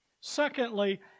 Secondly